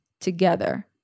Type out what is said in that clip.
together